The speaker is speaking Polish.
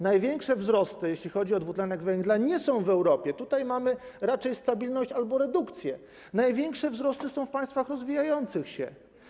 Największe wzrosty, jeśli chodzi o dwutlenek węgla, nie są w Europie, tutaj mamy raczej stabilność albo redukcję, największe wzrosty są w państwach rozwijających się.